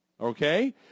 Okay